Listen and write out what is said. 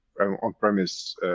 on-premise